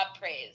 praise